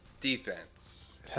defense